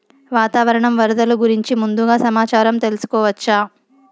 వాతావరణం వరదలు గురించి ముందుగా సమాచారం తెలుసుకోవచ్చా?